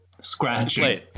scratching